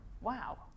wow